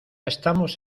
estamos